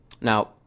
Now